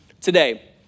today